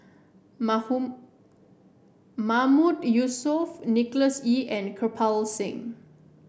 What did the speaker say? Mahmood Yusof Nicholas Ee and Kirpal Singh